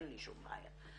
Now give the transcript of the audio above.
אין לי שום בעיה.